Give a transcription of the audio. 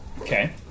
Okay